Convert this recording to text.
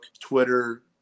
Twitter